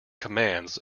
commands